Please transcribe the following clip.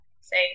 say